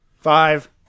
Five